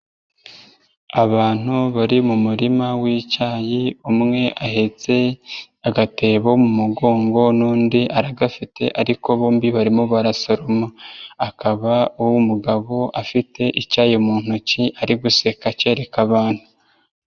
Abantu bari mu murima w'icyayi, umwe ahetse agatebo mu mugongo n'undi aragafite ariko bombi barimo barasoroma. Akaba uw'umugabo afite icyayi mu ntoki ari guseka akereka abantu.